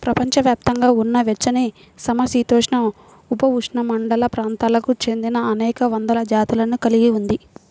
ప్రపంచవ్యాప్తంగా ఉన్న వెచ్చనిసమశీతోష్ణ, ఉపఉష్ణమండల ప్రాంతాలకు చెందినఅనేక వందల జాతులను కలిగి ఉంది